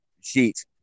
sheets